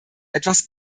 etwas